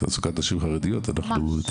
אני עוסק בזה כבר 15 שנים.